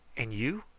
and you?